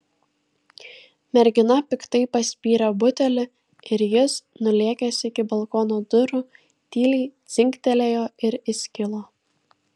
mergina piktai paspyrė butelį ir jis nulėkęs iki balkono durų tyliai dzingtelėjo ir įskilo